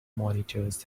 monitors